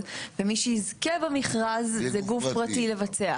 וכמובן שזה לא גורע מכל הוראה אחרת בפקודת הקרקעות,